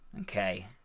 Okay